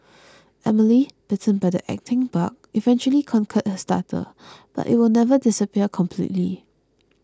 Emily bitten by the acting bug eventually conquered her stutter but it will never disappear completely